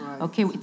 Okay